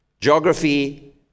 geography